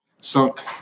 sunk